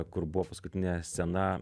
kur buvo paskutinė scena